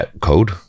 code